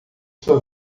sua